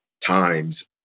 times